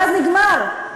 ואז נגמר,